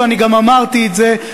ואני גם אמרתי את זה,